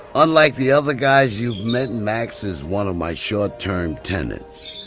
unlike the other guys you've met, max is one of my short-term tenants.